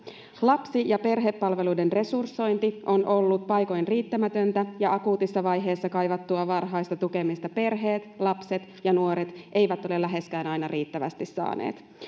lapsi ja perhepalveluiden resursointi on ollut paikoin riittämätöntä ja akuutissa vaiheessa kaivattua varhaista tukemista perheet lapset ja nuoret eivät ole läheskään aina riittävästi saaneet